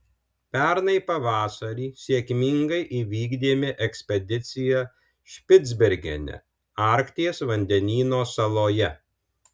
pernai pavasarį sėkmingai įvykdėme ekspediciją špicbergene arkties vandenyno saloje